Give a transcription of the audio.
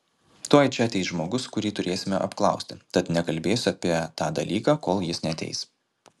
tuoj čia ateis žmogus kurį turėsime apklausti tad nekalbėsiu apie tą dalyką kol jis neateis